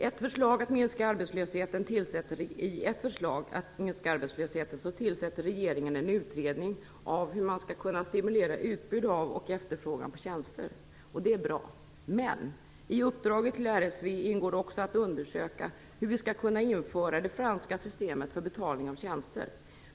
I syfte att minska arbetslösheten har regeringen tillsatt en utredning av hur man skall kunna stimulera utbud av och efterfrågan på tjänster, och det är bra. Men i uppdraget till RSV ingår också att undersöka hur vi skall kunna införa det franska systemet för betalning av tjänster.